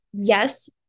Yes